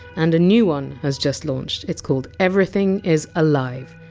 and a new one has just launched, it's called everything is alive.